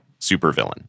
supervillain